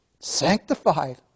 sanctified